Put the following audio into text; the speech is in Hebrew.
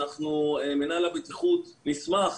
מינהל הבטיחות נסמך